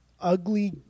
ugly